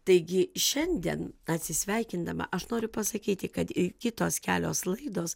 taigi šiandien atsisveikindama aš noriu pasakyti kad ir kitos kelios laidos